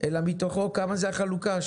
אלא מתוכו כמה זה החלוקה.